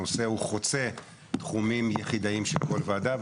הנושא חוצה תחומים יחידאים של כל ועדה.